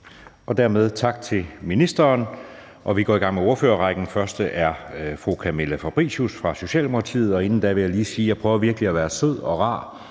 Dermed tak til ministeren, og vi går i gang med ordførerrækken. Den første er fru Camilla Fabricius fra Socialdemokratiet. Og inden hun får ordet, vil jeg lige sige, at jeg virkelig prøver at være sød og rar